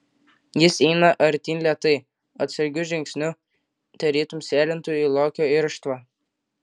jis eina artyn lėtai atsargiu žingsniu tarytum sėlintų į lokio irštvą